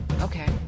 Okay